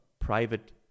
private